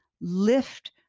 lift